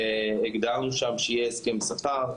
והגדרנו שם שיהיה הסכם שכר.